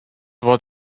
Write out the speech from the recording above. what